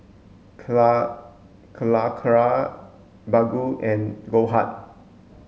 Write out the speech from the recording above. Cala Calacara Baggu and Goldheart